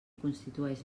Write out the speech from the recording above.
constitueix